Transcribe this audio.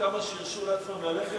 שנה לעקירת